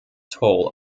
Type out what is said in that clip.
toll